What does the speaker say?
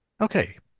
Okay